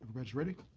riddick.